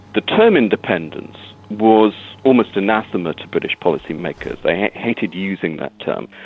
the term independence was almost anathema to british policymakers. they hated using that term.